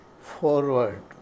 Forward